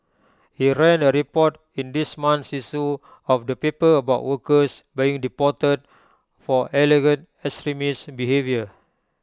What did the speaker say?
he ran A report in this month's issue of the paper about workers being deported for extremist behaviour